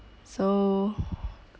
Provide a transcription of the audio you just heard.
so